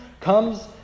comes